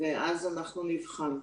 ואז אנחנו נבחן.